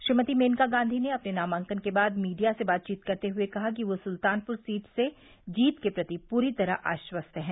श्रीमती मेनका गांधी ने अपने नामांकन के बाद मीडिया से बातचीत करते हुए कहा कि वह सुल्तानपुर सीट से जीत के प्रति पूरी तरह आश्वस्त है